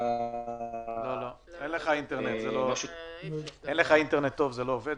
האינטרנט שלך לא עובד.